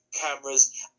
cameras